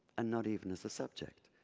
and not even as a subject,